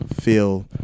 feel